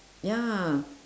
ya